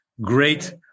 great